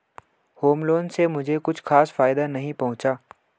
home loan से मुझे कुछ खास फायदा नहीं पहुंचा